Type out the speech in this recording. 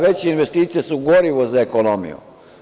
Veće investicije su gorivo za ekonomiju.